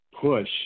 push